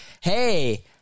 hey –